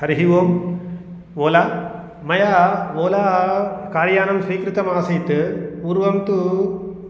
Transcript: हरिः ओम् ओला मया Ola car यानं स्वीकृतमासीत् पूर्वं तु